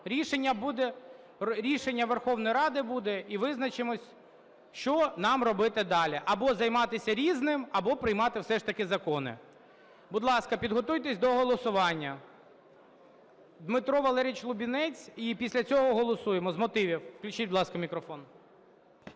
Рішення Верховної Ради буде - і визначимось, що нам робити далі: або займатися "Різним", або приймати все ж таки закони. Будь ласка, підготуйтесь до голосування. Дмитро Валерійович Лубінець. І після цього голосуємо. З мотивів. Включіть, будь ласка, мікрофон.